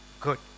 good